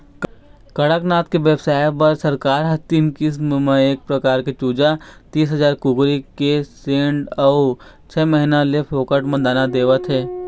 कड़कनाथ के बेवसाय बर सरकार ह तीन किस्त म एक हजार चूजा, तीस कुकरी के सेड अउ छय महीना ले फोकट म दाना देवत हे